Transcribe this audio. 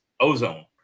Ozone